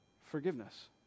Forgiveness